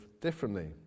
differently